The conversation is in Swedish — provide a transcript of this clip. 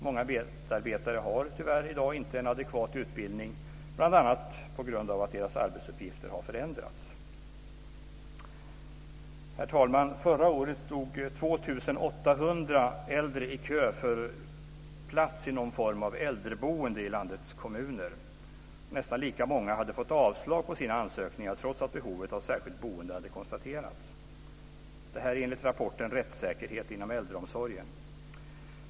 Många medarbetare har i dag tyvärr inte en adekvat utbildning, bl.a. på grund av att deras arbetsuppgifter har förändrats. Herr talman! Förra året stod 2 800 äldre i kö för plats i någon form av äldreboende i landets kommuner. Nästan lika många hade fått avslag på sina ansökningar, trots att behovet av särskilt boende hade konstaterats, detta enligt rapporten Rättssäkerheten inom äldreomsorgen.